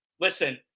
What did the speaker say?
listen